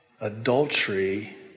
adultery